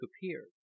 appeared